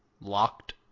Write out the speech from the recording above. locked